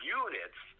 units